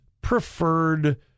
preferred